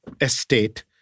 estate